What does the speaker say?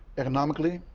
economically,